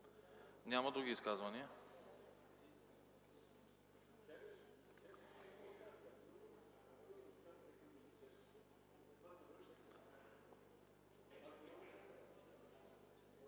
Няма. Други изказвания?